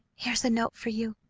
here's a note for you.